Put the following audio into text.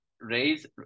raise